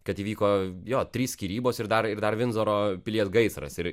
kad įvyko jo trys skyrybos ir dar ir dar vindzoro pilies gaisras ir